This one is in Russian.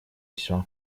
всё